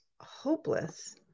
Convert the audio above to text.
hopeless